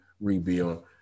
rebuild